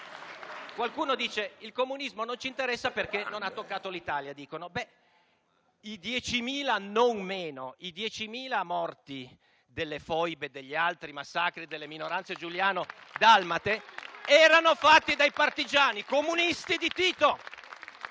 Qualcuno dice che il comunismo non ci interessa, perché non ha toccato l'Italia. I 10.000 morti - non meno - delle foibe e degli altri massacri delle minoranze giuliano-dalmate furono causati dai partigiani comunisti di Tito.